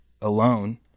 alone